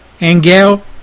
Angel